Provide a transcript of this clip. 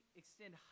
extend